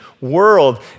world